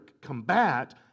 combat